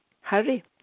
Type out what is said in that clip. hurry